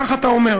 כך אתה אומר.